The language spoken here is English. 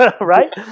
right